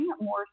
more